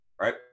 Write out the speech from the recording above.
right